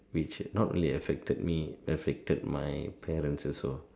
which not only affected me affected my parents also